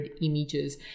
images